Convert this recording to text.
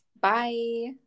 Bye